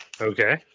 Okay